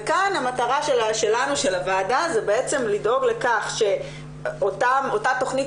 ומטרת הוועדה כאן זה בעצם לדאוג לכך שאותה תכנית